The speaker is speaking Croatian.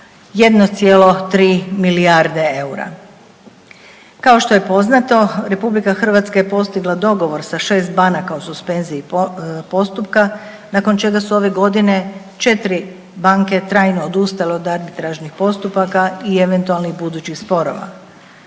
1,3 milijarde eura. Kao što je poznato, RH je postigla dogovor sa 6 banaka o suspenziji postupka nakon čega su ove godine 4 banke trajno odustale od arbitražnih postupaka i eventualnih budućih sporova.